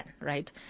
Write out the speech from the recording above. right